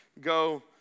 Go